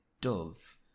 dove